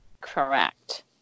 Correct